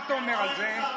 מה אתה אומר על זה?